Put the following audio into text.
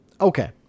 okay